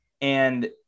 And-